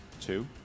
Two